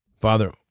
Father